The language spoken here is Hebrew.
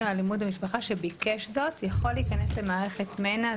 או אלימות במשפחה שביקש זאת יכול להיכנס למערכת מנ"ע,